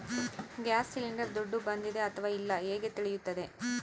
Gas cylinder ದುಡ್ಡು ಬಂದಿದೆ ಅಥವಾ ಇಲ್ಲ ಹೇಗೆ ತಿಳಿಯುತ್ತದೆ?